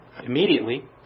Immediately